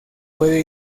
puede